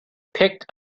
picked